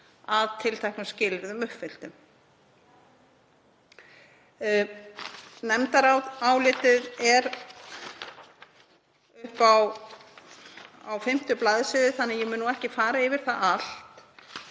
að tilteknum skilyrðum uppfylltum. Nefndarálitið er upp á fimm blaðsíður þannig að ég mun ekki fara yfir það allt,